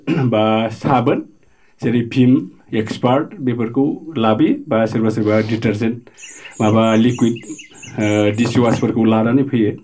एबा साबोन जेरै भिम एक्सपार्ट बेफोरखौ लाबोयो एबा सोरबा सोरबा डिटार्जन माबा लिक्युइड डिस अवासारफोरखौ लानानै फैयो